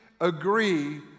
agree